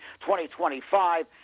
2025